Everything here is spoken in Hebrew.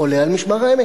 עולה על משמר-העמק.